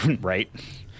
Right